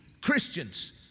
Christians